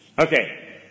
Okay